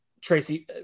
Tracy